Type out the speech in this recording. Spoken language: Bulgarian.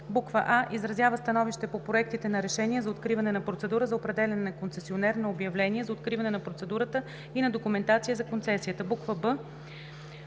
а) изразява становище по проектите на решения за откриване на процедура за определяне на концесионер, на обявление за откриване на процедурата и на документация за концесията; б)